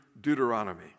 Deuteronomy